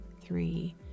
three